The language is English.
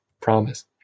Promise